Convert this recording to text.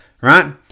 right